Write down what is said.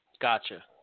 Gotcha